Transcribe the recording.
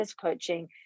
coaching